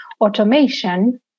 automation